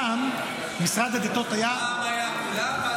פעם משרד הדתות היה --- פעם היה לכולם,